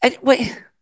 Wait